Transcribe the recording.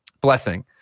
Blessing